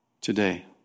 today